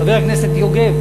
חבר הכנסת יוגב,